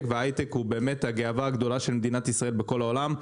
וההיי-טק הוא באמת הגאוה הגדולה של מדינת ישראל בכל העולם.